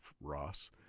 Ross